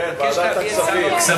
אני מבקש להביא את שר האוצר.